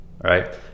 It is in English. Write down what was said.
right